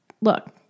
look